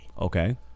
Okay